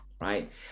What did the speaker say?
Right